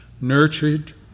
nurtured